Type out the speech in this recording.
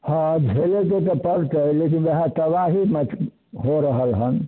हाँ झेलैके तऽ पड़तै लेकिन वएहे तबाही मच भऽ रहल हन